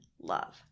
love